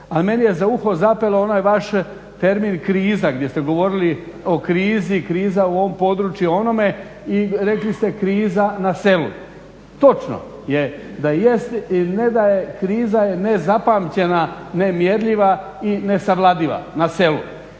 Ali meni je za uho zapelo onaj vaš termin kriza gdje se govorili o krizi, kriza u ovom području, onome i rekli ste kriza na selu. Točno je da jest i ne da je, kriza je nezapamćena, nemjerljiva i nesavladiva na selu.